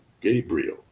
Gabriel